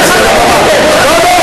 הועלתה דרישה על-ידי חברי כנסת, לא לא,